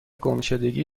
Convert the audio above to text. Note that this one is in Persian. گمشدگی